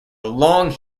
long